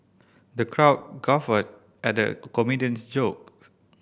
the crowd guffawed at the comedian's joke